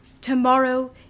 tomorrow